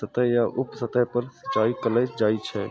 सतह या उप सतह पर सिंचाइ कैल जाइ छै